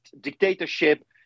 dictatorship